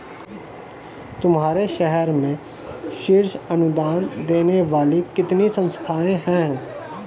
तुम्हारे शहर में शीर्ष अनुदान देने वाली कितनी संस्थाएं हैं?